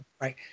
right